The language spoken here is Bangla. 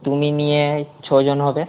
তুমি নিয়ে এই ছজন হবে